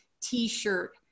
t-shirt